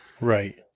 Right